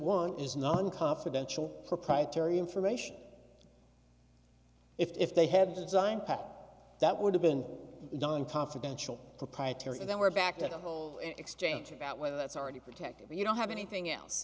one is not on confidential proprietary information if they had designed pat that would have been done confidential proprietary and then we're back to the whole exchange about whether that's already protected or you don't have anything else